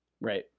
right